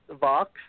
Vox